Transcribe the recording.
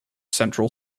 central